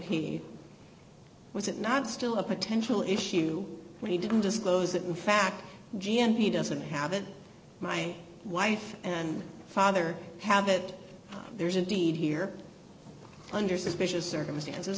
he was it not still a potential issue when he didn't disclose it in fact g m he doesn't have it my wife and father have it there's a deed here under suspicious circumstances